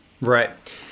Right